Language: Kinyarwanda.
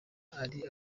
ari